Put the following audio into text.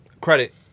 credit